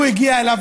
הוא הגיע אליו,